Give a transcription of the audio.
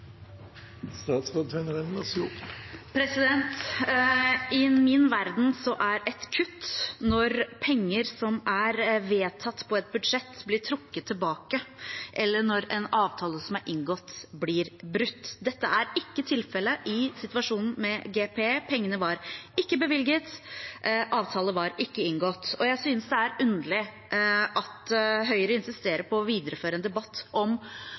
et kutt når penger som er vedtatt på et budsjett, blir trukket tilbake, eller når en avtale som er inngått, blir brutt. Dette er ikke tilfellet i situasjonen med GPE. Pengene var ikke bevilget. Avtale var ikke inngått. Og jeg synes det er underlig at Høyre insisterer på å videreføre en debatt om